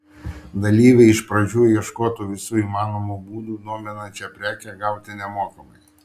dalyviai iš pradžių ieškotų visų įmanomų būdų dominančią prekę gauti nemokamai